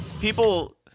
people